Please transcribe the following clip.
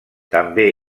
també